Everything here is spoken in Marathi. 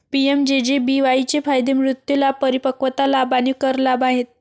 पी.एम.जे.जे.बी.वाई चे फायदे मृत्यू लाभ, परिपक्वता लाभ आणि कर लाभ आहेत